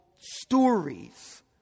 stories